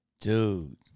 Dude